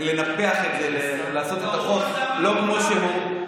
רוצים לנפח את זה, לעשות את העוף לא כמו שהוא.